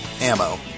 ammo